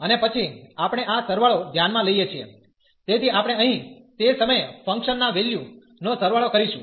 અને પછી આપણે આ સરવાળો ધ્યાનમાં લઈએ છીએ તેથી આપણે અહીં તે સમયે ફંક્શન ના વેલ્યુ નો સરવાળો કરીશું